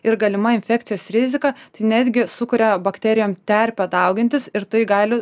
ir galima infekcijos rizika tai netgi sukuria bakterijom terpę daugintis ir tai gali